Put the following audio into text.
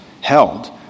held